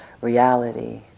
reality